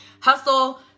hustle